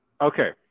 Okay